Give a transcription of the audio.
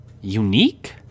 unique